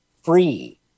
free